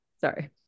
Sorry